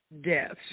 deaths